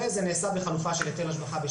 וזה נעשה בחלופה של היטל השבחה,